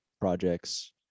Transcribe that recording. projects